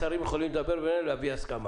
השרים יכולים לדבר ביניהם ולהביא הסכמה.